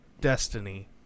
Destiny